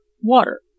water